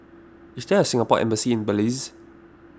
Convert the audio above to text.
is there Singapore Embassy in Belize